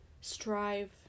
strive